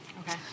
Okay